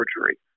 surgery